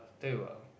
tell you ah